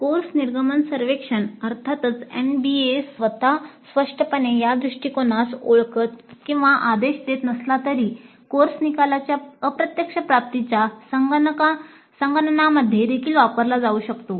course निर्गमन सर्वेक्षण अर्थातच NBA स्वतः स्पष्टपणे या दृष्टिकोनास ओळखत किंवा आदेश देत नसला तरी कोर्स निकालांच्या अप्रत्यक्ष प्राप्तीच्या संगणनामध्ये देखील वापरला जाऊ शकतो